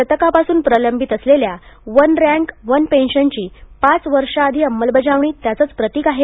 शतकापासून प्रलंबित असलेल्या वन रँक वन पेन्शनची पाच वर्षाआधी अंमलबजावणी त्याचेच प्रतीक आहे